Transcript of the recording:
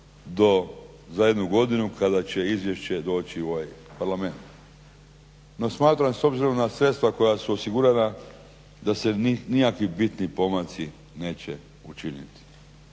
za jednu godinu kada će izvješće doći u ovaj Parlament. No smatram s obzirom na sredstva koja su osigurana da se nikakvi bitni pomaci neće učiniti.